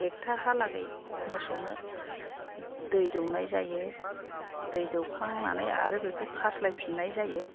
एकटाहालागै मोसौनो दै दौनाय जायो दै दौखांनानै आरो बेखौ खास्लायफिननाय जायो